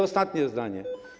Ostatnie zdanie.